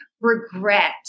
regret